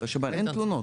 אין תלונות.